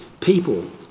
people